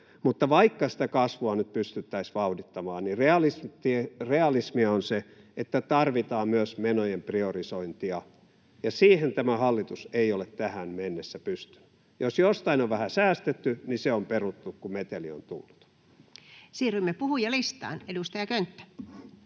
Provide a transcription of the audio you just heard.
vaikka sitä kasvua nyt pystyttäisiin vauhdittamaan, realismia on se, että tarvitaan myös menojen priorisointia, ja siihen tämä hallitus ei ole tähän mennessä pystynyt. Jos jostain on vähän säästetty, niin se on peruttu, kun meteli on tullut. Siirrymme puhujalistaan. — Edustaja Könttä.